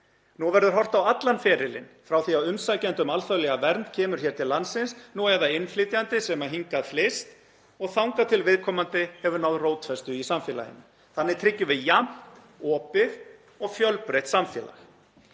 Nú verður horft á allan ferilinn, frá því að umsækjandi um alþjóðlega vernd kemur til landsins, nú eða innflytjandi sem hingað flyst, og þangað til viðkomandi hefur náð rótfestu í samfélaginu. Þannig tryggjum við jafnt, opið og fjölbreytt samfélag.